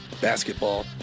basketball